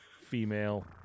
female